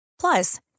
Plus